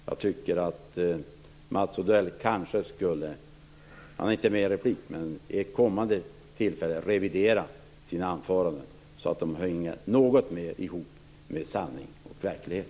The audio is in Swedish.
Mats Odell har inte rätt till ytterligare replik, men jag tycker nog att Mats Odell vid ett senare tillfälle borde revidera sina anföranden så att de något mera hänger ihop med sanning och verklighet.